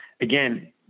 again